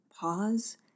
pause